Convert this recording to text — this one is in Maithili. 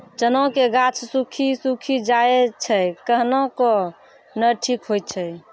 चना के गाछ सुखी सुखी जाए छै कहना को ना ठीक हो छै?